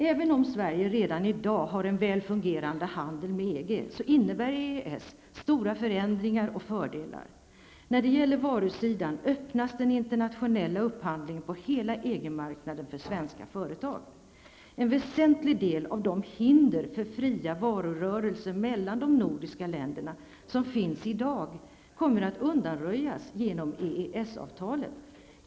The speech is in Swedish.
Även om Sverige redan i dag har en väl fungerande handel med EG, så innebär EES stora förändringar och fördelar. När det gäller varusidan öppnas den internationella upphandlingen på hela EG marknaden för svenska företag. En väsentlig del av de hinder för fria varurörelser mellan de nordiska läderna som finns i dag kommer att undanröjas genom EES-avtalet.